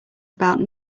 about